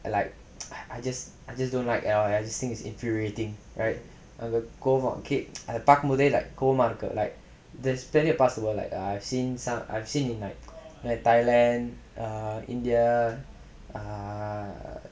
like I just I just don't like I just think it's infuriating right err அந்த கோவம் அத பாக்கும்போதே:antha kovam atha paakkumpothae like கோவமா இருக்கு:kovamaa irukku I've seen some I've seen in like thailand err india err